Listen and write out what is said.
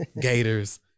gators